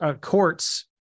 courts